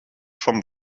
vom